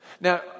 Now